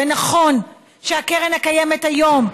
ונכון שהקרן הקיימת היום,